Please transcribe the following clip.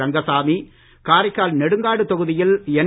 Rangasamy Karaikal Nedungadu தொகுதியில்என்